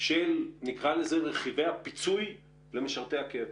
של רכיבי הפיצוי למשרתי הקבע,